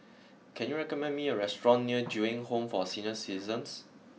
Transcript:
can you recommend me a restaurant near Ju Eng Home for Senior Citizens